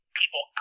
people